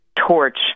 torch